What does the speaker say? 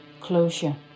closure